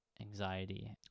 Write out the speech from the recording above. anxiety